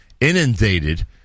inundated